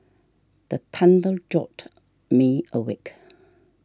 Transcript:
the thunder jolt me awake